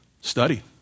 Study